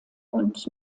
und